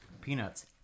peanuts